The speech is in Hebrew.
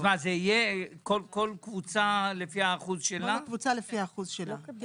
כל קבוצה לפי האחוז שלה?